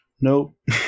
Nope